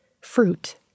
fruit